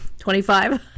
Twenty-five